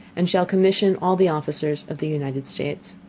and shall commission all the officers of the united states.